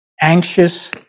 anxious